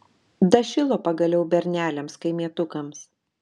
dašilo pagaliau berneliams kaimietukams